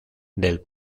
del